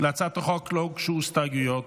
להצעת החוק לא הוגשו הסתייגויות.